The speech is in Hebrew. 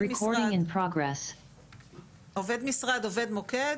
עובד משרד, עובד מוקד,